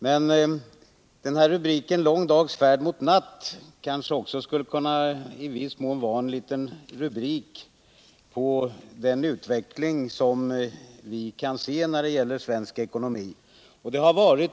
Men uttrycket lång dags färd mot natt skulle kanske kunna vara en rubrik över den utveckling vi kan se när det gäller svensk ekonomi.